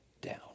down